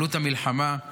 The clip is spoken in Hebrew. עלות המלחמה,